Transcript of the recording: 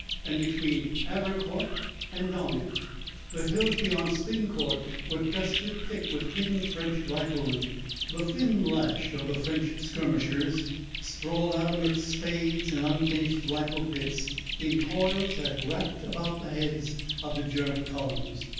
and between avricourt and donen. the hills beyond spincourt were dusted thick with hidden french riflemen the thin lash of the french skirmishers sprawled out amidst spades and unfinished rifle-pits in coils that wrapped about the heads of the german columns,